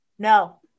No